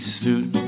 suit